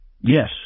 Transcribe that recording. Yes